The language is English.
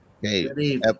Hey